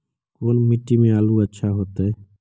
कोन मट्टी में आलु अच्छा होतै?